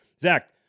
Zach